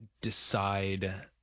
decide